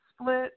split